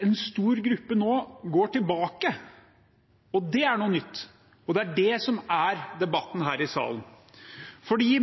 en stor gruppe går tilbake. Det er noe nytt, og det er det som er debatten her i salen. I